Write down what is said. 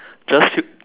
just you